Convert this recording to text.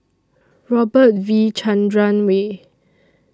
Robert V Chandran Way